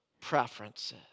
preferences